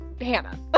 Hannah